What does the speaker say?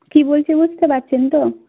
কী বলছি বুঝতে পারছেন তো